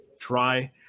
try